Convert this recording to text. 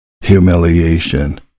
humiliation